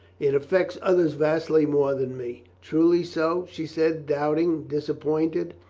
it affects others vastly more than me. truly so? she said, doubting, disappointed.